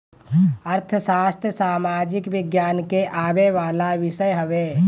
अर्थशास्त्र सामाजिक विज्ञान में आवेवाला विषय हवे